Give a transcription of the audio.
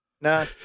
No